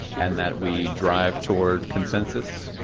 and that we drive toward consensus.